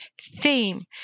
theme